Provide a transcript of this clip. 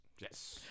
Yes